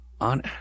on